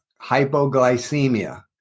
hypoglycemia